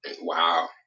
Wow